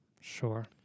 Sure